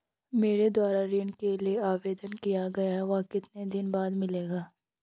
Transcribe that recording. मेरे द्वारा ऋण के लिए आवेदन किया गया है वह कितने दिन बाद मिलेगा?